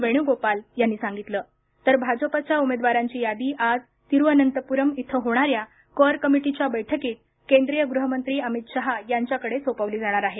वेणुगोपाल यांनी सांगितलं तर भाजपाच्या उमेदवारांची यादी आज तिरुअनंतपुरम इथं होणाऱ्या कोअर कमिटीच्या बैठकीत केंद्रीय गृहमंत्री अमित शहा यांच्याकडे सोपविली जाणार आहे